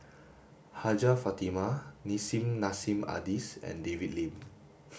Hajjah Fatimah Nissim Nassim Adis and David Lim